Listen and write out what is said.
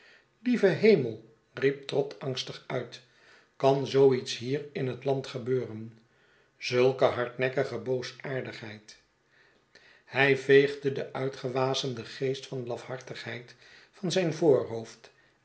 lieve hemeil riep trott angstig uit kan zoo iets hier in het land gebeuren zulke hardnekkige boosaardigheid hij veegde den uitgewasemden geest van lafhartigheid van zijn voorhoofd